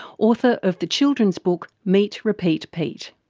author of the children's book meet repeat pete.